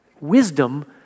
wisdom